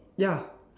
ya